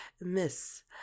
Miss